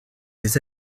des